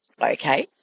Okay